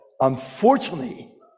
Unfortunately